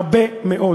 הרבה מאוד,